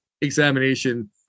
examination